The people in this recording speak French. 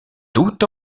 tout